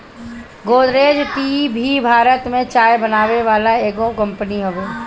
Godrej tea भी भारत में चाय बनावे वाला एगो कंपनी हवे